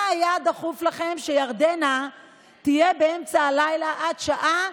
מה היה דחוף לכם שירדנה תהיה באמצע הלילה עד שעה,